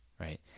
right